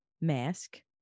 mask